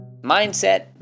Mindset